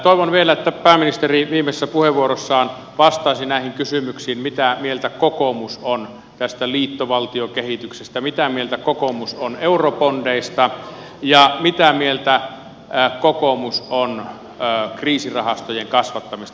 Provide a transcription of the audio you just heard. toivon vielä että pääministeri viimeisessä puheenvuorossaan vastaisi näihin kysymyksiin mitä mieltä kokoomus on tästä liittovaltiokehityksestä mitä mieltä kokoomus on eurobondeista ja mitä mieltä kokoomus on kriisirahastojen kasvattamisesta